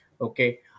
Okay